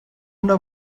una